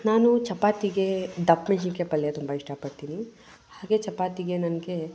ನಾನು ಚಪಾತಿಗೆ ದಪ್ಪ ಮೆಣ್ಶಿನ್ಕಾಯಿ ಪಲ್ಯ ತುಂಬ ಇಷ್ಟಪಡ್ತೀನಿ ಹಾಗೇ ಚಪಾತಿಗೆ ನನಗೆ